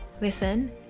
listen